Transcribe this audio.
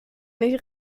nicht